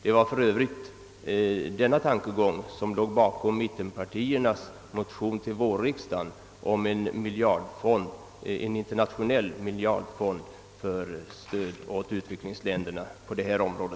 Det var för övrigt denna inställning som motiverade mittenpartiernas motion till vårriksdagen om en internationell miljardfond för stöd åt utvecklingsländerna på detta område.